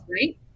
right